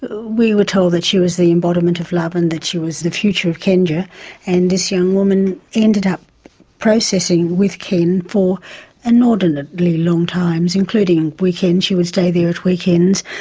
we were told that she was the embodiment of love and she was the future of kenja and this young woman ended up processing with ken for inordinately long times including weekends, she would stay there at weekends.